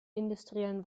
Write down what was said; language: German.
industriellen